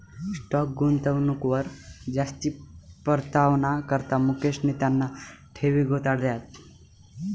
stock गुंतवणूकवर जास्ती परतावाना करता मुकेशनी त्याना ठेवी गुताड्यात